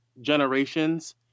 generations